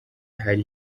hari